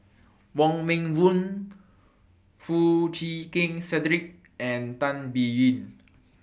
Wong Meng Voon Foo Chee Keng Cedric and Tan Biyun